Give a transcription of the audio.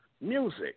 music